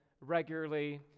regularly